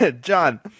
john